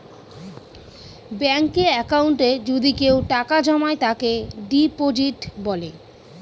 ব্যাঙ্কে একাউন্টে যদি কেউ টাকা জমায় তাকে ডিপোজিট বলে